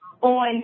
on